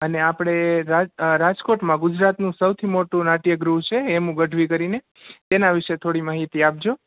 અને આપળે રાજકોટમાં ગુજરાતનું સૌથી મોટું નાટ્ય ગૃહ છે હેમુ ગઢવી કરીને તેના વિષે થોળિ માહિતી આપજો